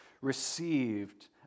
received